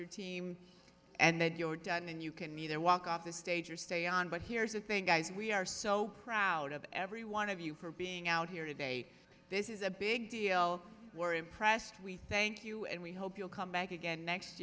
your team and then you're done and you can either walk off the stage or stay on but here's the thing guys we are so proud of every one of you for being out here today this is a big deal were impressed we thank you and we hope you'll come back again next